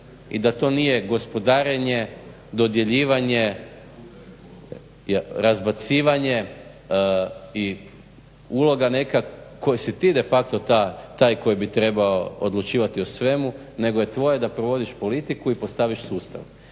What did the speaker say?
i da to nije gospodarenje, dodjeljivanje, razbacivanje i uloga neka, kojoj si ti de facto taj koji bi trebao odlučivati o svemu, nego je tvoje da provodiš politiku i postaviš sustav.